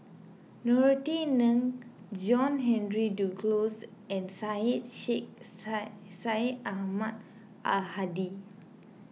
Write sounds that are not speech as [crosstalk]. Norothy Ng John Henry Duclos and Syed Sheikh [unintelligible] Syed Ahmad Al Hadi